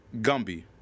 Gumby